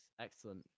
Excellent